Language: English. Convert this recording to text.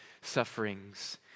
sufferings